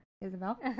Isabel